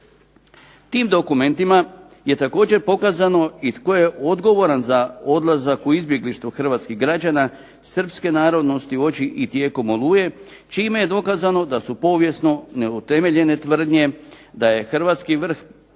Tim dokumentima je također pokazano i tko je odgovoran za odlazak u izbjeglištvo hrvatskih građana srpske narodnosti uoči i tijekom "Oluje" čime je dokazano da su povijesno neutemeljene tvrdnje da je hrvatski vrh